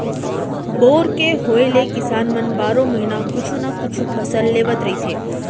bore के होए ले किसान मन बारो महिना कुछु न कुछु फसल लेवत रहिथे